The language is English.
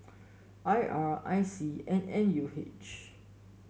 I R I C and N U H